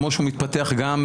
כמו שהוא מתפתח גם,